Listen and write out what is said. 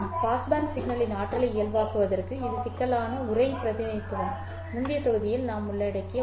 passband சிக்னலின் ஆற்றலை இயல்பாக்குவதற்கு இது சிக்கலான உறை பிரதிநிதித்துவம் முந்தைய தொகுதியில் நாம் உள்ளடக்கிய ஒன்று